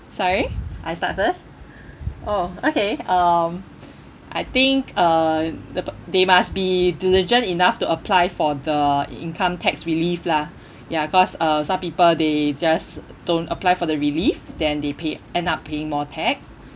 sorry I start first oh okay um I think uh the per~ they must be diligent enough to apply for the income tax relief lah ya cause uh some people they just don't apply for the relief then they pay end up paying more tax